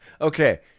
Okay